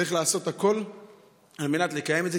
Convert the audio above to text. צריך לעשות הכול על מנת לקיים את זה,